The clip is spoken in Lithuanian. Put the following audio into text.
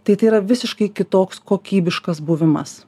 tai tai yra visiškai kitoks kokybiškas buvimas